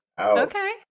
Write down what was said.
Okay